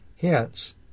Hence